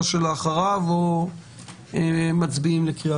ורק אז לעלות לקריאה